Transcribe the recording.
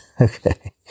Okay